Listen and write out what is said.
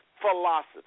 philosophy